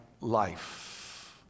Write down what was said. life